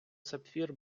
сапфір